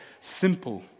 simple